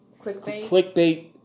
Clickbait